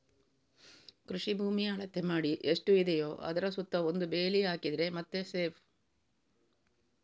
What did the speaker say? ಕೃಷಿ ಭೂಮಿ ಅಳತೆ ಮಾಡಿ ಎಷ್ಟು ಇದೆಯೋ ಅದ್ರ ಸುತ್ತ ಒಂದು ಬೇಲಿ ಹಾಕಿದ್ರೆ ಮತ್ತೆ ಸೇಫ್